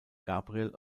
gabriel